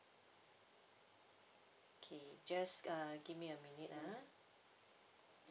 okay just uh give me a minute ah